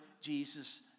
Jesus